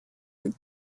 with